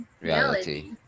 reality